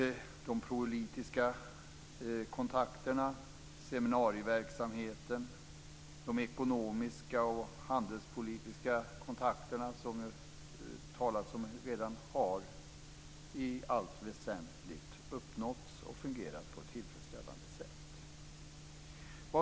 De politiska kontakterna, seminarieverksamheten, de ekonomiska och handelspolitiska kontakterna har, som det talats om redan, i allt väsentligt fungerat på ett tillfredsställande sätt.